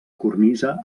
cornisa